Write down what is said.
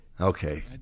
Okay